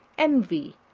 envy,